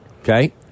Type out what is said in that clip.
Okay